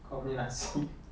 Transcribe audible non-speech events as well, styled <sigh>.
kau punya nasi <laughs>